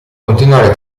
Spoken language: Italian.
continuare